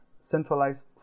centralized